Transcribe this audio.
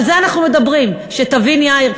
על זה אנחנו מדברים, שתבין, יאיר.